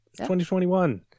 2021